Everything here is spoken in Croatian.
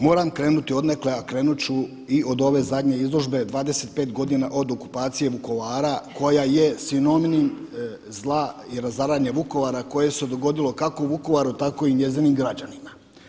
Moram krenuti odnekle, a krenut ću i od ove zadnje izložbe 25 godina od okupacije Vukovara koja je sinonim zla i razaranje Vukovara koje se dogodilo kako u Vukovaru, tako i njezinim građanima.